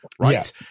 Right